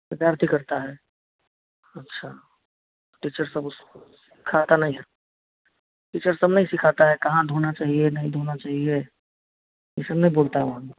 विद्यार्थी करते हैं अच्छा टीचर सब उस खाता नहीं है टीचर सब नहीं सिखाते हैं कहाँ धोना चाहिए नहीं धोना चाहिए ये सब नहीं बोलते हैं वहाँ